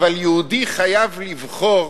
אבל יהודי חייב לבחור,